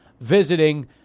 visiting